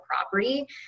property